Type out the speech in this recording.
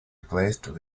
replaced